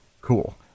cool